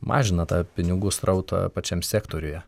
mažina tą pinigų srautą pačiam sektoriuje